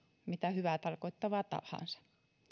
hyvää tarkoittavaa